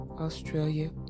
Australia